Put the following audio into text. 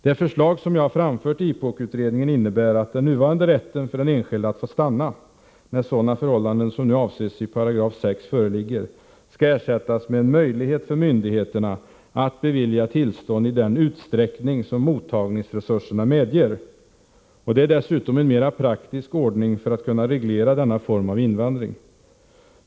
Det förslag som jag framförde i IPOK:s utredning innebär att den nuvarande rätten för den enskilde att få stanna när sådana förhållanden som avses i 6§ föreligger skall ersättas med en möjlighet för myndigheterna att bevilja tillstånd i den utsträckning som mottagningsresurserna medger. Det är dessutom en mer praktisk ordning för att kunna reglera denna form av invandring.